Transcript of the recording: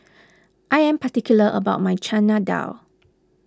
I am particular about my Chana Dal